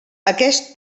aquest